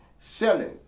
Selling